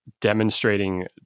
demonstrating